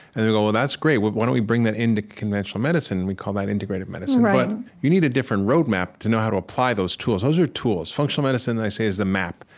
and they go, well, that's great. why don't we bring that into conventional medicine, and we call that integrative medicine? but you need a different roadmap to know how to apply those tools. those are tools. functional medicine, i say, is the map.